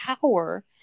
power